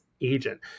agent